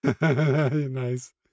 nice